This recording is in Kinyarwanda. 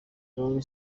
rolling